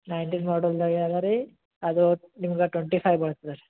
nineteen ಮಾಡಲ್ದಾಗೇ ಇದೆ ರೀ ಅದು ನಿಮ್ಗೆ ಟ್ವೆಂಟಿ ಫೈವ್ಗೆ ಬರ್ತದೆ ರೀ